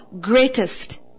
greatest